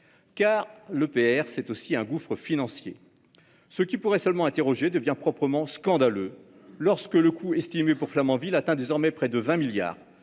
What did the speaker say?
en effet, est aussi un gouffre financier. Ce qui pourrait seulement interroger devient proprement scandaleux lorsque le coût estimé pour Flamanville atteint désormais près de 20 milliards